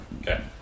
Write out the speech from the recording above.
okay